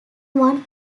one